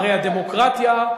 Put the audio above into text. הרי הדמוקרטיה,